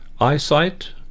eyesight